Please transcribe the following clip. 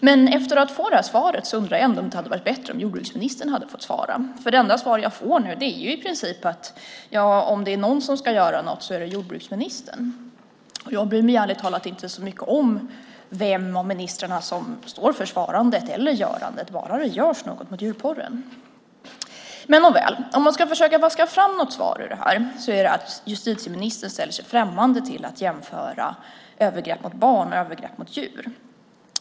Men efter att ha fått det här svaret undrar jag ändå om det inte hade varit bättre om jordbruksministern hade fått svara, för det enda svar jag får nu är i princip att om det är någon som ska göra något så är det jordbruksministern. Jag bryr mig ärligt talat inte så mycket om vem av ministrarna som står för svarandet eller görandet, bara det görs något mot djurporren. Nåväl, om man ska försöka vaska fram något svar ur det här är det att justitieministern ställer sig främmande till att jämföra övergrepp mot barn och övergrepp mot djur.